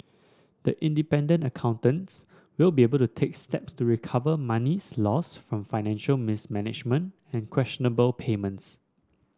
the independent accountants will be able to take steps to recover monies lost from financial mismanagement and questionable payments